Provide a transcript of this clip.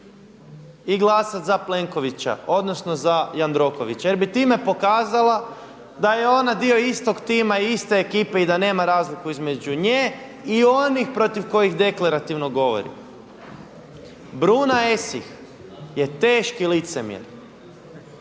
i glasati za Plenkovića, odnosno za Jandrokovića jer bi time pokazala da je ona dio istog tima, iste ekipe i da nema razliku između nje i onih protiv kojih deklarativno govori. Bruna Esih je teški licemjer.